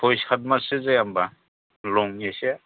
सय साथ माससो जाया होनबा लं एसे